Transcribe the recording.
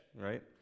right